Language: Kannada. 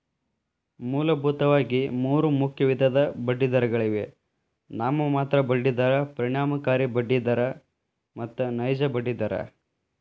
ಮೂಲಭೂತವಾಗಿ ಮೂರು ಮುಖ್ಯ ವಿಧದ ಬಡ್ಡಿದರಗಳಿವೆ ನಾಮಮಾತ್ರ ಬಡ್ಡಿ ದರ, ಪರಿಣಾಮಕಾರಿ ದರ ಮತ್ತು ನೈಜ ಬಡ್ಡಿ ದರ